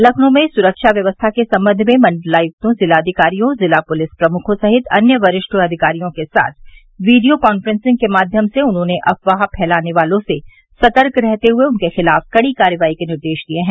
लखनऊ में सुरक्षा व्यवस्था के संबंध में मंडलायुक्तों जिलाधिकारियों जिला पुलिस प्रमुखों सहित अन्य वरिष्ठ अधिकारियों के साथ वीडियो कांफ्रेंसिंग के माध्यम से उन्होंने अफवाह फैलाने वालों से सतर्क रहते हुए उनके खिलाफ कड़ी कार्रवाई के निर्देश दिये हैं